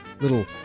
little